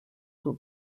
got